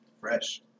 Fresh